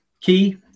Key